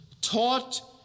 taught